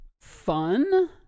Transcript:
fun